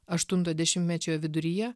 aštunto dešimtmečio viduryje